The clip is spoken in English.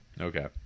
Okay